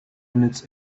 minutes